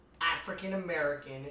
African-American